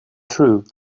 true